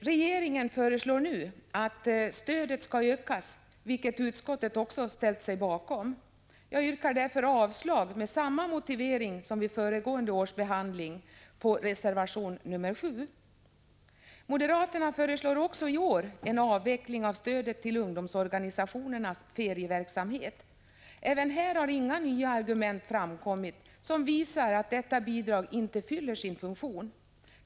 Regeringen föreslår nu att stödet skall ökas, vilket utskottet också ställt sig bakom. Jag yrkar därför avslag på reservation nr 7, med samma motivering som vid föregående års behandling. Moderaterna föreslår också i år en avveckling av stödet till ungdomsorganisationernas ferieverksamhet. Inte heller här har några nya argument framkommit som visar att detta bidrag inte fyller sin funktion.